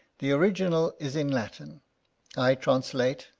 the original is in latin i translate,